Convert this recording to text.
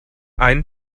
ein